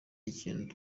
ikintu